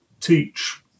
teach